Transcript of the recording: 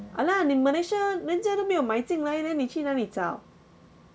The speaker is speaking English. !hanna! 你 malaysia 人家都没有买进来 then 你去哪里找